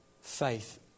faith